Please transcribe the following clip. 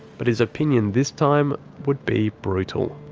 but his opinion this time would be brutal.